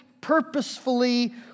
purposefully